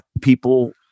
people